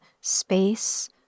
space